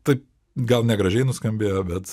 tai gal negražiai nuskambėjo bet